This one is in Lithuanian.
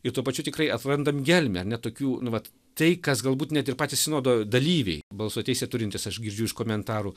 ir tuo pačiu tikrai atrandam gelmę ar ne tokių nu vat tai kas galbūt net ir patys sinodo dalyviai balso teisę turintys aš girdžiu iš komentarų